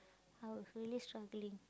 I was really struggling